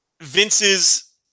Vince's